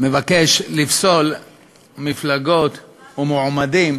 מבקש לפסול מפלגות ומועמדים